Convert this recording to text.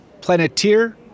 planeteer